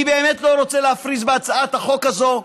אני באמת לא רוצה להפריז בהצעת החוק הזאת.